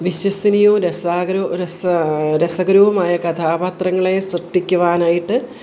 വിശ്വസനീയം രസകരമോ രസാ രസകരവുമായ കഥാപാത്രങ്ങളെ സൃഷ്ടിക്കുവാനായിട്ട്